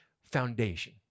foundation